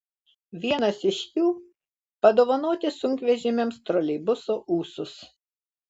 vienas iš jų padovanoti sunkvežimiams troleibuso ūsus